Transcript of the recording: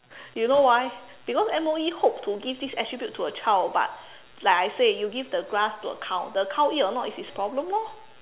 you know why because M_O_E hope to give this attribute to a child but like I said you give the grass to a cow the cow eat or not it's his problem lor